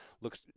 looks